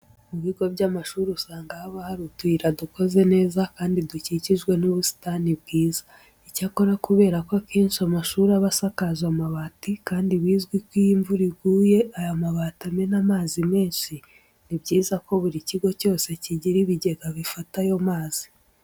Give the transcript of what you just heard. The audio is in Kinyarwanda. Mu bigo by'amashuri usanga haba hari utuyira dukoze neza, kandi dukikijwe n'ubusitani bwiza. Icyakora kubera ko akenshi amashuri aba asakaje amabati kandi bizwi ko iyo imvura iguye aya mabati amena amazi menshi, ni byiza ko buri kigo cyose kigira ibigega bifata ayo mazi.